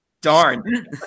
darn